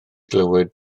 glywed